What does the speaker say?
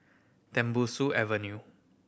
Tembusu Avenue